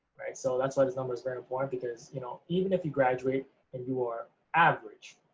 right, so that's why this number is very important because, you know, even if you graduate and you are average,